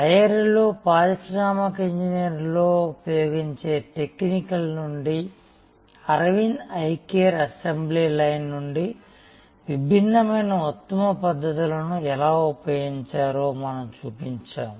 తయారీలో పారిశ్రామిక ఇంజనీరింగ్లో ఉపయోగించే టెక్నిక్ల నుండి Aravind eye care assembly line నుండి విభిన్నమైన ఉత్తమ పద్ధతులను ఎలా ఉపయోగించారో మనం చూపించాము